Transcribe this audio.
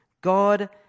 God